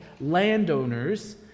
landowners